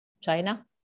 China